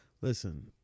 Listen